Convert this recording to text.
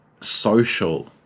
social